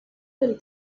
del